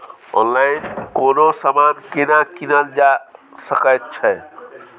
Online कोनो समान केना कीनल जा सकै छै?